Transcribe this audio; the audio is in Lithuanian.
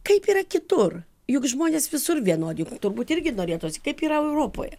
kaip yra kitur juk žmonės visur vienodi turbūt irgi norėtųsi kaip yra europoje